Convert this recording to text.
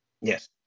Yes